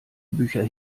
bücher